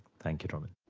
thank you robyn.